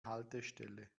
haltestelle